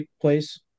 place